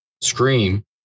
scream